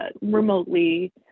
remotely